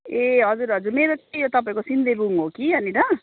ए हजुर हजुर मेरो चाहिँ यो तपाईँको सिन्देबुङ हो कि यहाँनिर